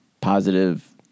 positive